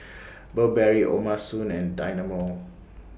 Burberry O'ma Spoon and Dynamo